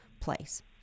place